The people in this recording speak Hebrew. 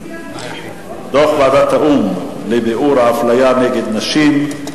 דוח ועדת האו"ם לביעור האפליה נגד נשים,